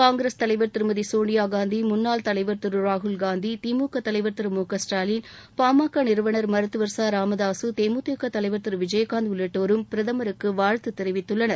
காங்கிரஸ் தலைவர் திருமதி சோனியாகாந்தி முன்னாள் தலைவர் திரு ராகுல்காந்தி திமுக தலைவர் திரு மு க ஸ்டாலின் பாமக நிறுவனா் மருத்துவா் ச ராமதாக தேமுதிக தலைவர் திரு விஜயகாந்த் உள்ளிட்டோரும் பிரதமருக்கு வாழ்த்து தெரிவித்துள்ளனர்